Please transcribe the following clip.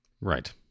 Right